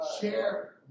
Share